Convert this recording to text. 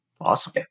Awesome